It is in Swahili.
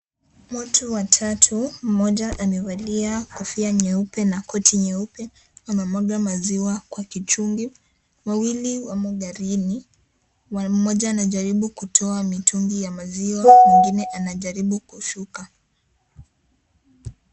Watu watatu, mmoja amevalia kofia nyeupe na koti nyeupe wanamwaga maziwa kwa kichungi, wawili wamo garini, mmoja anajaribu kutoa mitungi ya maziwa mwingine anajaribu kushuka.